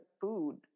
food